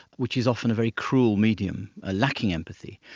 which is often a very cruel medium ah lacking empathy?